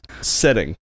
Setting